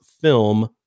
film